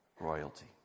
royalty